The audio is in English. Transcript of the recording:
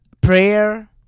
prayer